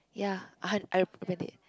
ya I highly recommend it